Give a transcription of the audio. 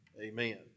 amen